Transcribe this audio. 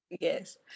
yes